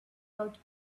out